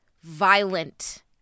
violent